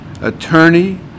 attorney